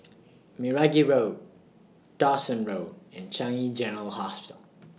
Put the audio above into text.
Meragi Road Dawson Road and Changi General Hospital